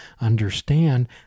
understand